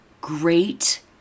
great